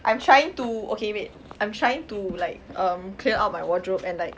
I'm trying to okay wait I'm trying to like um clear up my wardrobe and like